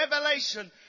revelation